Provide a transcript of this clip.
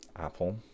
Apple